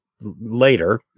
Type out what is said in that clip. later